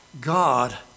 God